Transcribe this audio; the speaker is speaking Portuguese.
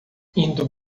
indo